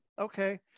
Okay